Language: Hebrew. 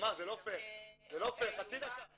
זה לא פייר, חצי דקה,